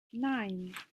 nine